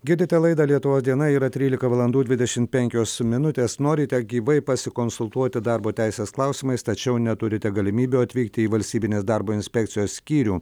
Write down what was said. girdite laidą lietuvos diena yra trylika valandų dvidešimt penkios minutės norite gyvai pasikonsultuoti darbo teisės klausimais tačiau neturite galimybių atvykti į valstybinės darbo inspekcijos skyrių